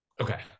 Okay